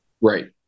Right